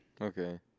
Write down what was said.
Okay